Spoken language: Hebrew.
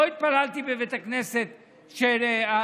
לא התפללתי בבית הכנסת הרגיל.